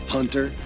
Hunter